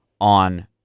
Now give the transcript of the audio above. on